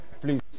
please